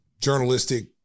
journalistic